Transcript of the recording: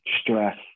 stress